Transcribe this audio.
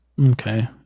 Okay